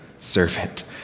servant